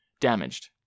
damaged